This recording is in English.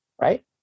right